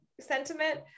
sentiment